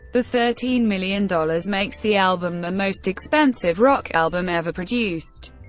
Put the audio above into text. the thirteen million dollars makes the album the most expensive rock album ever produced.